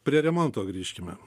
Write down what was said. prie remonto grįžkime